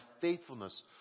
faithfulness